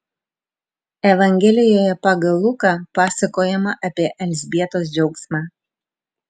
evangelijoje pagal luką pasakojama apie elzbietos džiaugsmą